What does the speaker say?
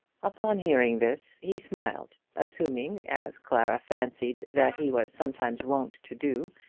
upon hearing this he smiled, assuming, as clara fancied that he was sometimes wont to do,